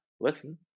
listen